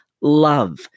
love